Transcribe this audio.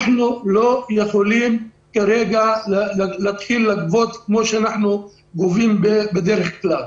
אנחנו לא יכולים כרגע להתחיל לגבות כפי שאנחנו גובים בדרך כלל.